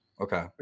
Okay